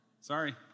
Sorry